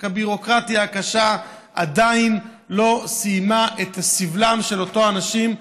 רק הביורוקרטיה הקשה עדיין לא סיימה את סבלם של אותם אנשים.